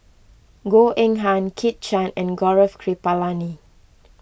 Goh Eng Han Kit Chan and Gaurav Kripalani